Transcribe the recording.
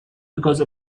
because